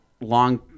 long